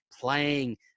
playing